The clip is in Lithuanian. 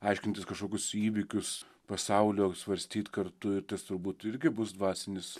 aiškintis kažkokius įvykius pasaulio svarstyt kartu ir tas turbūt irgi bus dvasinis